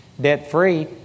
debt-free